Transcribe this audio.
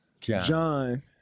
John